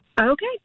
Okay